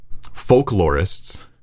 folklorists